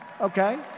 Okay